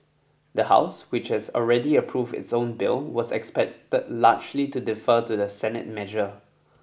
the house which has already approved its own bill was expected largely to defer to the Senate measure